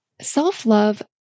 Self-love